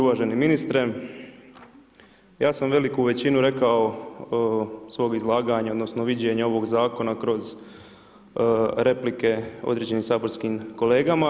Uvaženi ministre, ja sam veliku većinu rekao u svom izlaganju, odnosno viđenju ovog zakona kroz replike određenih saborskim kolegama.